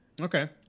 Okay